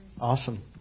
Awesome